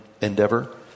endeavor